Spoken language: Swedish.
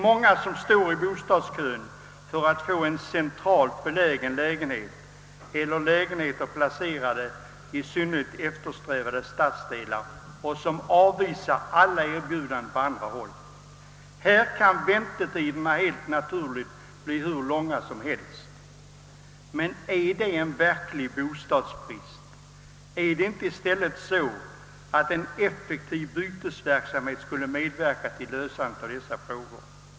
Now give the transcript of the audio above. Många som står i bostadskön för att få centralt belägna lägenheter eller bostäder i speciellt eftersträvade stadsdelar, avvisar alla erbjudanden på andra håll. I sådana fall kan väntetiderna helt naturligt blir hur långa som helst. Men är detta en verklig bostadsbrist? är det inte i stället så att en effektiv bytesverksamhet skulle medverka till lösandet av dessa frågor?